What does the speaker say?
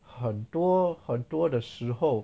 很多很多的时候